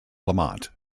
lamont